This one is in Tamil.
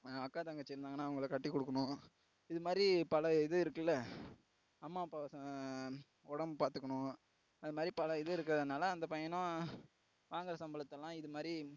அக்கா தங்கச்சி இருந்தாங்கன்னா அவங்களை கட்டிக்கொடுக்கணும் இதுமாதிரி பல இது இருக்குல்ல அம்மா அப்பா உடம்பு பார்த்துக்குணும் அதுமாதிரி பல இது இருக்கிறனால அந்த பையனும் வாங்கிற சம்பளத்தெல்லாம் இதுமாதிரி